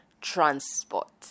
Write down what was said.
transport